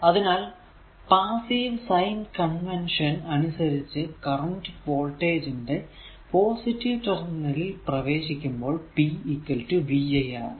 അതിനാൽ passive sign convention അനുസരിച്ചു current voltage ന്റെ പോസിറ്റീവ് ടെർമിനൽ ൽ പ്രവേശിക്കുമ്പോൾ pvi ആകുന്നു